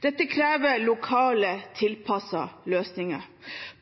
Dette krever lokalt tilpassede løsninger.